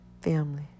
family